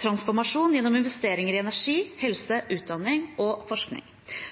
transformasjon gjennom investeringer i energi, helse, utdanning og forskning.